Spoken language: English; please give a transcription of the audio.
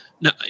No